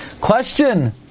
Question